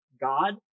God